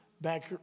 back